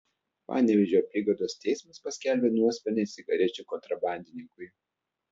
panevėžio apygardos teismas paskelbė nuosprendį cigarečių kontrabandininkui